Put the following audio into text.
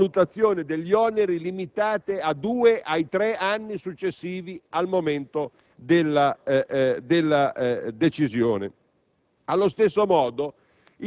tanti anni fa - con valutazioni degli oneri limitate ai due o tre anni successivi al momento della decisione.